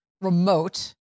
remote